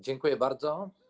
Dziękuję bardzo.